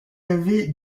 avait